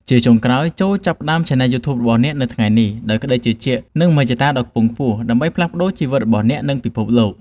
ជាចុងក្រោយ ចូរចាប់ផ្តើមឆានែលយូធូប របស់អ្នកនៅថ្ងៃនេះ ដោយក្តីជឿជាក់ និងមហិច្ឆតាដ៏ខ្ពង់ខ្ពស់ ដើម្បីផ្លាស់ប្តូរជីវិតរបស់អ្នក និងពិភពលោក។